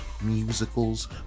musicals